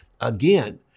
again